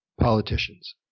politicians